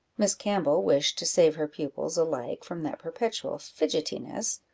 miss campbell wished to save her pupils alike from that perpetual fidgetiness,